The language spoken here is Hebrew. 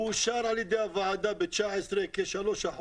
הוא אושר על ידי הוועדה ב-2019 כ-3%.